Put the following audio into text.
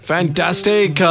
Fantastic